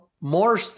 more